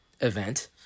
Event